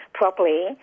properly